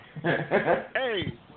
Hey